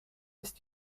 ist